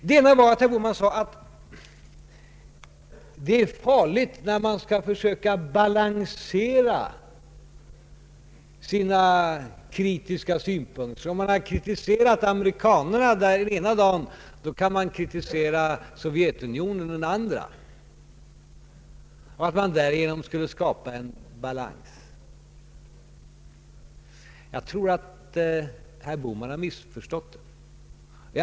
Det ena var att herr Bohman sade att det är farligt att tro att man så att säga kan balansera sina kritiska synpunkter, det vill säga tro att om man kritiserar Amerika den ena dagen kan man kritisera Sovjetunionen den andra i föreställningen att man därigenom skulle skapa någon sorts balans. Jag tror att herr Bohman har missförstått mig.